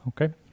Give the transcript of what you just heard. Okay